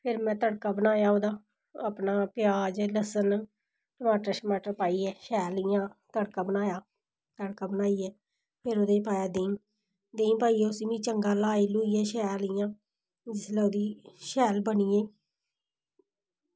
फिर में तड़का बनाया ओह्दा अपना प्याज लस्सन टमाटर पाइयै शैल इ'यां तड़का बनाया तड़का बनाइयै फिर ओह्दे ई पाया देहीं देहीं पाइयै फ्ही उस्सी चंगा शैल इ'यां ओह् जिसलै शैल बनी गे